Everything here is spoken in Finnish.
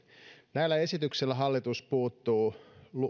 näillä esityksillä hallitus puuttuu